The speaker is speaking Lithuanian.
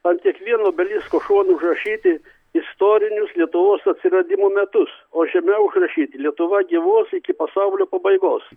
ant kiekvieno obelisko šono užrašyti istorinius lietuvos atsiradimo metus o žemiau užrašyti lietuva gyvuos iki pasaulio pabaigos